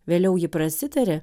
vėliau ji prasitarė